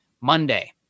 Monday